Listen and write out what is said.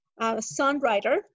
songwriter